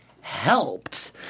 helped